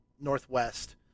northwest